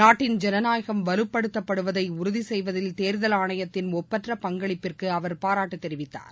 நாட்டின் ஜனநாயகம் வலுப்படுத்தப்படுவதை உறுதிசெய்வதில் தேர்தல் ஆணையத்தின் ஒப்பற்ற பங்களிப்பிற்கு அவர் பாராட்டு தெரிவித்தார்